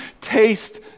taste